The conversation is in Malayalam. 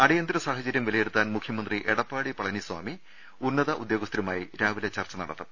അടിയന്തര സാഹചര്യം വിലയിരുത്താൻ മുഖ്യമന്ത്രി എടപ്പാടി പളനിസ്വാമി ഉന്നത ഉദ്യോഗസ്ഥരുമായി രാവിലെ ചർച്ച നടത്തും